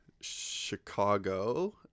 Chicago